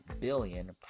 billion